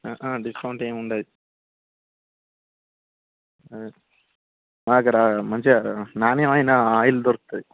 discount ఏమము ఉండదు మా దగ్గర మంచిగా నాణ్యమైన ఆయిల్ దొరుకుతుంది